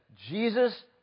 Jesus